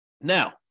Now